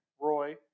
Roy